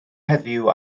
heddiw